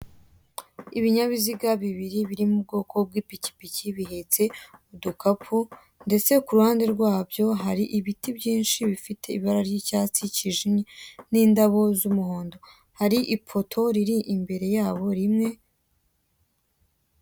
Ibinyabiziga bibiri biri mu bwoko bw'ipikipiki bihetse udukapu, ndetse ku ruhande rwabyo hari ibiti byinshi bifite ibara ry'icyatsi kijimye, n'indabo z'umuhondo. Hari ipoto riri imbere yabo rimwe.